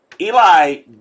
Eli